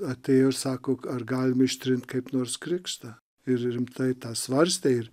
atėjo ir sako ar galima ištrinti kaip nors krikštą ir rimtai tą svarstė ir